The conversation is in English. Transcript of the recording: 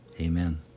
Amen